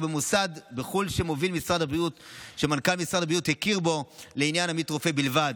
במוסד בחו"ל שמנכ"ל משרד הבריאות הכיר בו לעניין עמית רופא בלבד,